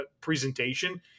presentation